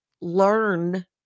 learn